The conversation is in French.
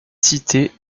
cité